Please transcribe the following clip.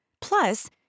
Plus